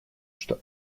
что